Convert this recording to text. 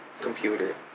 computer